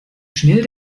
schnell